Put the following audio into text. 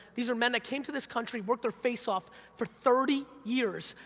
these are men that came to this country, worked their face off for thirty years,